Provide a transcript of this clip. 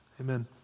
Amen